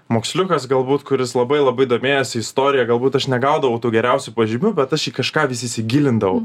moksliukas galbūt kuris labai labai domėjosi istorija galbūt aš negaudavau tų geriausių pažymių bet aš į kažką vis įsigilindavau